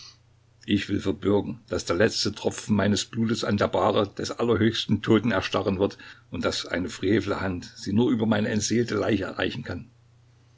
ich will verbürgen daß der letzte tropfen meines blutes an der bahre des allerhöchsten toten erstarren wird und daß eine frevle hand sie nur über meine entseelte leiche erreichen kann